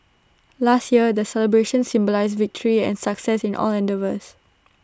last year the celebrations symbolised victory and success in all endeavours